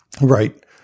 Right